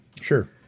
Sure